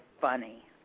funny